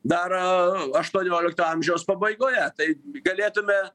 dar aštuoniolikto amžiaus pabaigoje tai galėtume